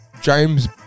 James